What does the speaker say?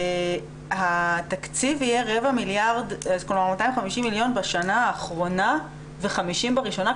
שתקציב יהיה 250 מיליון שקלים בשנה האחרונה ו-50 בראשונה,